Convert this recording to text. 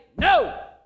no